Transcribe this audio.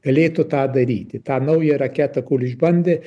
galėtų tą daryti tą naują raketą kur išbandė